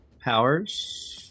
powers